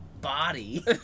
body